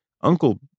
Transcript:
uncle